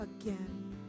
again